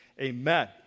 Amen